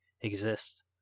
exist